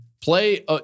play